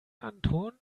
anton